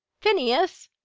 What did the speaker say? phineas!